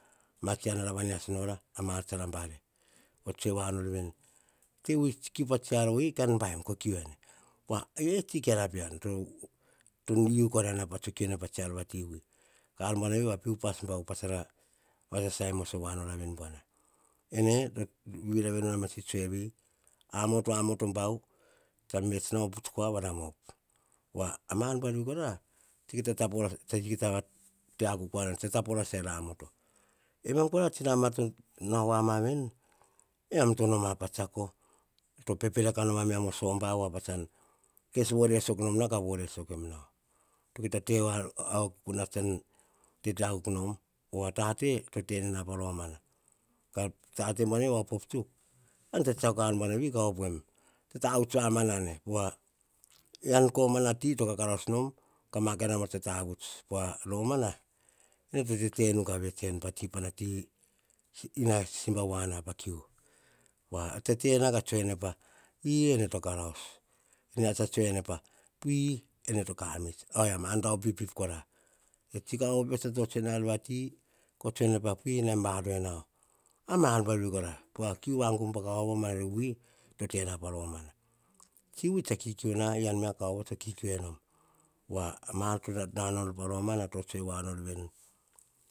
Ma tsi ar na ra va nias nora a mar tsara bare to tsoe woa na veni, ti vi kiu pa tsiar vi, kan baim ko kiu ene po wa tsi kiara pean to yiu kora na tso kiu pa tsiar va ti vi, ka ar bua na vi va pe upas bau pats na ra sasai moso wa no ra veri bua ne ene to vira vira nu pa ma tsue vi. A moto, amoto bau tsan vets nom puts kua va ram op, wa a mar veri kora tsa ki ta wa nor veri, tsa taporasa er amoto. Emam kora tsi nambana to nau ma veri emam to noma pa tsiako, to pepere ka nom ma wan po somba, pats tsa vore sok nom nau, ka vore sok nem nau. Ki ta a kuna tsan tete a kuk nom. Po a tate, to te ne na pa romana. Tate buar na vi op tsuk, ar na tsiako, ar buar na vi ka op. Puem tsa tavuts manane. Omana ti to kakaraus nom, ka ar buar na vi tsa tavuts. po wa romana, ene to tete nu ka vets tsenu, patsi pana ti ina simba wana pa kiu. Wa tete na ka tsue pa, hi, ene to karaus, niu tsa tena ka tsue pa piu ene to kamits, oh ma dau pipip kora e tsi kau vo pio tsa tso tsue na ar vati piu naim va rue nau, a mar buar veri kora, kiu vangum po kauvo ma na wi pa romana wi tsa kikiu na kauvo me tsa nom, mar kiu na ra na nau pa romana to tose voa nor veni